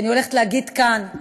שאני הולכת להגיד כאן בשדולה,